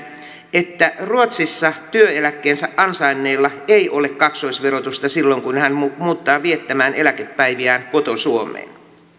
että ruotsissa työeläkkeensä ansainneella ei ole kaksoisverotusta silloin kun hän muuttaa viettämään eläkepäiviään koto suomeen